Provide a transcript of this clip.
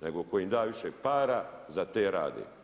nego tko im da više para za te rade.